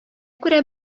күрә